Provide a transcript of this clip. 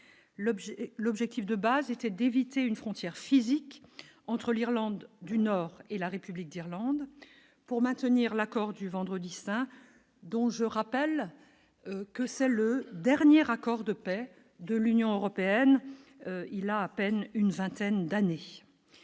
l'objectif de base était d'éviter une frontière physique entre l'Irlande du Nord et la République d'Irlande pour maintenir l'accord du vendredi Saint, dont je rappelle que c'est le dernier accord de paix de l'Union européenne, il a à peine une vingtaine d'années,